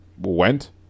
went